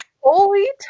holy